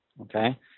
okay